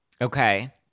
Okay